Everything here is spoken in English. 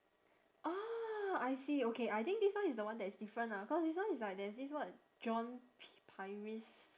ah I see okay I think this one is the one that is different ah cause this one is like there's this what john p~ pieris